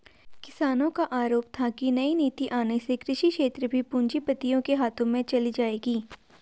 किसानो का आरोप था की नई नीति आने से कृषि क्षेत्र भी पूँजीपतियो के हाथ चली जाएगी